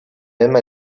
même